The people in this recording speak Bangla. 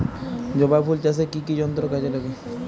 জবা ফুল চাষে কি কি যন্ত্র কাজে লাগে?